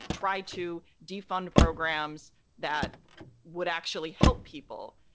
try to defund programs that would actually help people,